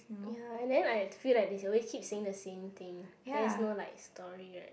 ya and then like I feel like they keep saying the same thing then is no like story right